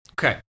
Okay